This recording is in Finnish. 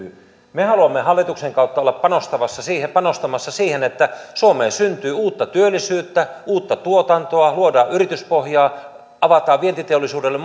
me haluamme hallituksen kautta olla panostamassa siihen panostamassa siihen että suomeen syntyy uutta työllisyyttä uutta tuotantoa luodaan yrityspohjaa avataan vientiteollisuudelle